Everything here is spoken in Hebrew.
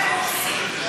קורסים,